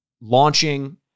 Launching